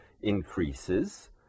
increases